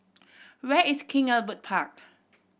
where is King Albert Park